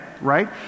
right